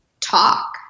talk